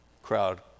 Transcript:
crowd